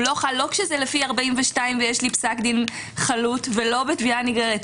הוא לא חל לא כשזה לפי 42 ויש לי פסק דין חלוט ולא בתביעה נגררת.